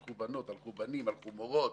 הלכו בנות, הלכו בנים, הלכו מורות,